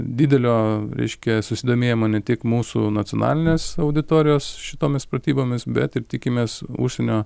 didelio reiškia susidomėjimo ne tik mūsų nacionalinės auditorijos šitomis pratybomis bet ir tikimės užsienio